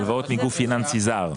הלוואות מגוף פיננסי זר.